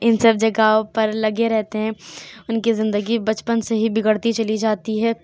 ان سب جگہوں پر لگے رہتے ہیں ان کی زندگی بچپن سے ہی بگڑتی چلی جاتی ہے